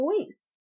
voice